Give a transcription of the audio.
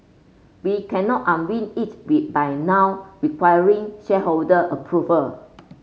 we cannot unwind it we by now requiring shareholder approval